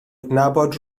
adnabod